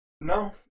No